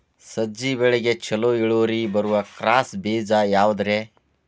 ಸಜ್ಜೆ ಬೆಳೆಗೆ ಛಲೋ ಇಳುವರಿ ಬರುವ ಕ್ರಾಸ್ ಬೇಜ ಯಾವುದ್ರಿ?